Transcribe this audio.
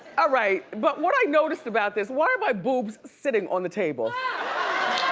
ah right. but what i noticed about this, why are my boobs sitting on the table